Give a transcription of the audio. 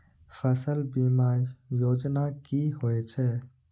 फसल बीमा योजना कि होए छै?